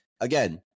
again